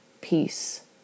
peace